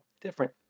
Different